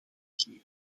geven